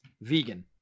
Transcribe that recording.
vegan